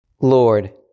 Lord